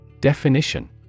Definition